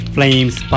Flames